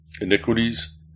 iniquities